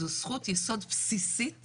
זו זכות יסוד בסיסית